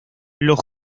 los